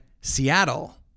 Seattle